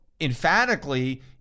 emphatically